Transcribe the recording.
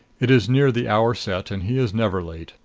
it is near the hour set and he is never late.